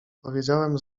powiedziałem